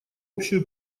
общую